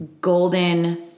golden